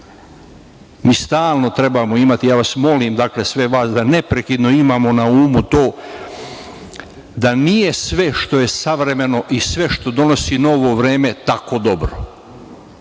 iz jakog društva. Ja vas molim sve vas da neprekidno imamo na umu to da nije sve što je savremeno i sve što donosi novo vreme tako dobro.